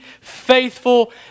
faithful